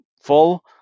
full